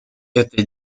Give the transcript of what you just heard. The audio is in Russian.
это